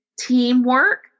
teamwork